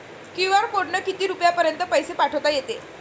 QR कोडनं किती रुपयापर्यंत पैसे पाठोता येते?